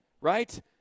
Right